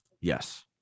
Yes